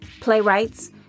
playwrights